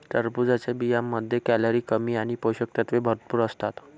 टरबूजच्या बियांमध्ये कॅलरी कमी आणि पोषक तत्वे भरपूर असतात